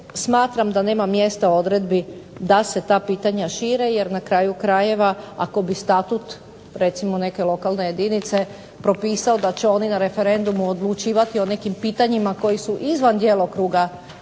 smatram da nema mjesta odredbi da se ta pitanja šire, jer na kraju krajeva ako bi statut recimo neke lokalne jedinice propisao da će oni na referendumu odlučivati o nekim pitanjima koji su izvan djelokruga